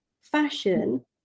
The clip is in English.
fashion